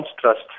trust